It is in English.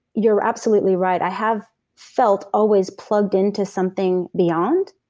you're absolutely right. i have felt always plugged into something beyond,